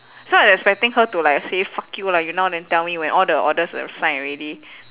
so I was expecting her to like say fuck you lah you know then tell me when all the orders assign already